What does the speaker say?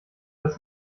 dass